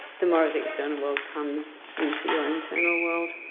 the more of the external world comes into your internal world.